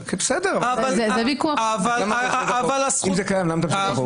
אז למה אתה רוצה את החוק?